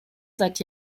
seit